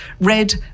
red